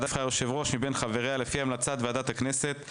הוועדה תבחר יושב-ראש מבין חבריה לפי המלצת ועדת הכנסת.